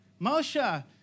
Moshe